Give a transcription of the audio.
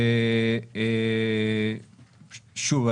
שוב,